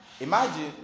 imagine